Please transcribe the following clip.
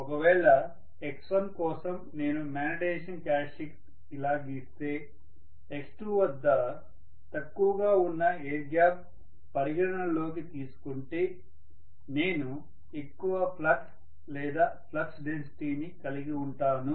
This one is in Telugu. ఒకవేళ x1 కోసం నేను మ్యాగ్నెటైజేషన్ క్యారెక్టర్స్టిక్స్ ఇలా గిస్తే x2 వద్ద తక్కువగా ఉన్న ఎయిర్ గ్యాప్ పరిగణనలోకి తీసుకుంటే నేను ఎక్కువ ఫ్లక్స్ లేదా ఫ్లక్స్ డెన్సిటీని కలిగివుంటాను